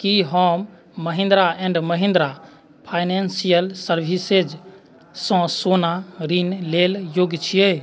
की हम Mahindra and Mahindra financial services सँ सोना ऋण लेल योग्य छियै